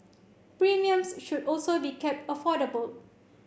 premiums should also be kept affordable